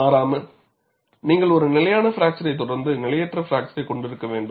மாறாமல் நீங்கள் ஒரு நிலையான பிராக்சரை தொடர்ந்து நிலையற்ற பிராக்சரை கொண்டிருக்க வேண்டும்